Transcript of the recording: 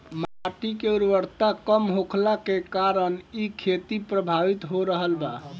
माटी के उर्वरता कम होखला के कारण इ खेती प्रभावित हो रहल बा